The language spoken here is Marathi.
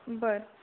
बरं